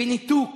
וניתוק